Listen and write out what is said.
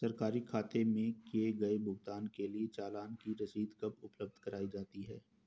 सरकारी खाते में किए गए भुगतान के लिए चालान की रसीद कब उपलब्ध कराईं जाती हैं?